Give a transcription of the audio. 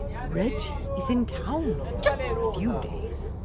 reggie is in town just for a few days.